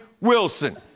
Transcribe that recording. Wilson